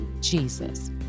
Jesus